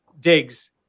digs